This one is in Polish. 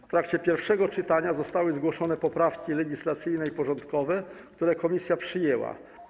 W trakcie pierwszego czytania zostały zgłoszone poprawki legislacyjne i porządkowe, które komisja przyjęła.